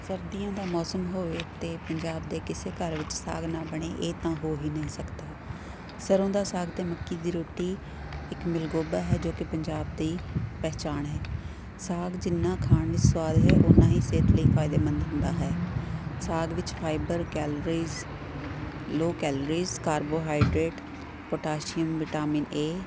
ਸਰਦੀਆਂ ਦਾ ਮੌਸਮ ਹੋਵੇ ਅਤੇ ਪੰਜਾਬ ਦੇ ਕਿਸੇ ਘਰ ਵਿੱਚ ਸਾਗ ਨਾ ਬਣੇ ਇਹ ਤਾਂ ਹੋ ਹੀ ਨਹੀਂ ਸਕਦਾ ਸਰੋਂ ਦਾ ਸਾਗ ਅਤੇ ਮੱਕੀ ਦੀ ਰੋਟੀ ਇੱਕ ਮਿਲਗੋਬਾ ਹੈ ਜੋ ਕਿ ਪੰਜਾਬ ਦੀ ਪਹਿਚਾਣ ਹੈ ਸਾਗ ਜਿੰਨਾ ਖਾਣ ਵਿੱਚ ਸਵਾਦ ਹੈ ਉੰਨਾ ਹੀ ਸਿਹਤ ਲਈ ਫਾਇਦੇਮੰਦ ਹੁੰਦਾ ਹੈ ਸਾਗ ਵਿੱਚ fibre calories low calories carbohydrate potassium vitamin ਏ